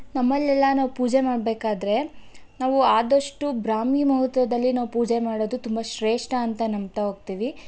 ನಮ್ಮಲ್ಲೆಲ್ಲ ನಾವು ಪೂಜೆ ಮಾಡಬೇಕಾದ್ರೆ ನಾವು ಆದಷ್ಟು ಬ್ರಾಹ್ಮೀ ಮುಹೂರ್ತದಲ್ಲಿ ನಾವು ಪೂಜೆ ಮಾಡೋದು ತುಂಬ ಶೇಷ್ಠ ಅಂತ ನಂಬ್ತಾ ಹೋಗ್ತೀವಿ